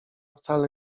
wcale